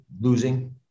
losing